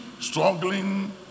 struggling